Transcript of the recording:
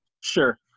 Sure